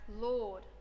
Lord